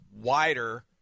wider